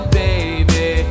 baby